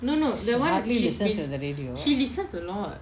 what she listens the the radio